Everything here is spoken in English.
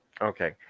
Okay